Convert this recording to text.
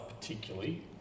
particularly